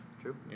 True